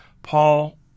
Paul